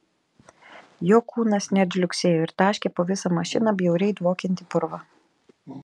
jo kūnas net žliugsėjo ir taškė po visą mašiną bjauriai dvokiantį purvą